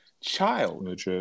child